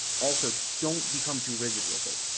also don't become too rigid with it.